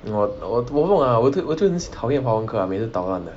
我我我不懂 lah 我就是讨厌华文课 lah 每次捣乱的